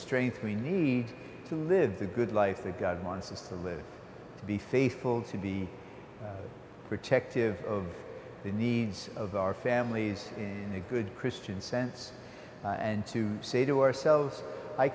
strength we need to live the good life that god wants us to live to be faithful to be protective of the needs of our families in a good christian sense and to say to ourselves i